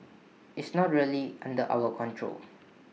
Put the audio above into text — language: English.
it's not really under our control